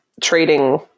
trading